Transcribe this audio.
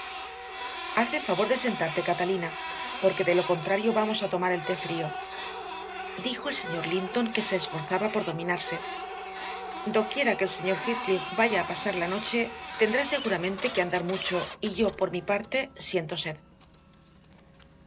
haz el favor de sentarte catalina porque de lo contrario vamos a tomar el té frío dijo el señor linton que se esforzaba por dominarse doquiera que el señor heathcliff vaya a pasar esta noche tendrá seguramente que andar mucho y yo por mi parte siento sed